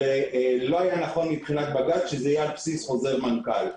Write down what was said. לא היה נכון מבחינת בג"ץ שזה יהיה על בסיס חוזר מנכ"ל.